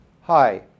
Hi